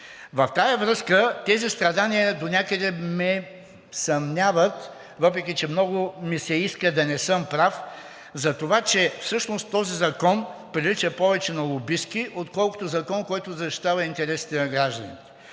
В тази връзка тези страдания донякъде ме съмняват, въпреки че много ми се иска да не съм прав за това, че всъщност този закон прилича повече на лобистки, отколкото закон, който защитава интересите на гражданите.